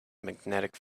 magnetic